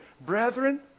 Brethren